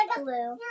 blue